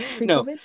no